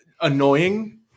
annoying